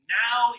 now